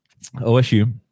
OSU